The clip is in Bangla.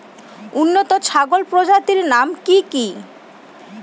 উন্নত ছাগল প্রজাতির নাম কি কি?